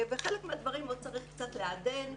חלק מהדברים צריך עוד קצת לעדן,